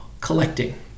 collecting